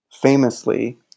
famously